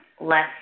less